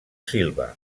silva